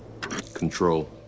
Control